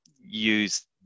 use